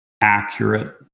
accurate